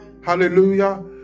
hallelujah